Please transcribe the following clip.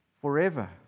forever